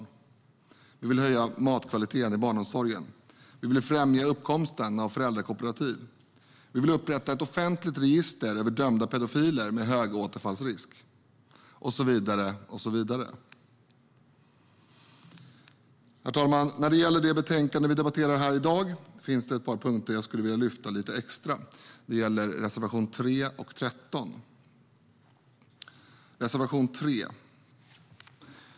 Vidare vill vi höja matkvaliteten i barnomsorgen, främja uppkomsten av föräldrakooperativ, upprätta ett offentligt register över dömda pedofiler med hög återfallsrisk och så vidare. Herr talman! När det gäller det betänkande vi debatterar i dag finns det ett par punkter som jag skulle vilja lyfta fram lite extra. Det gäller reservationerna 3 och 13. Jag börjar med reservation 3.